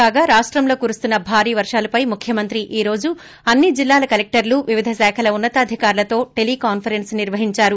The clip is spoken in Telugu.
కాగా రాష్టంలో కురుస్తున్న భారీ వర్షాలపై ముఖ్యమంత్రి ఈ రోజు అన్ని జిల్లాల కలెక్టర్లు వివిధ శాఖల ఉన్న తాధికారులతో టెలీకాన్సరెస్ నిర్వహించారు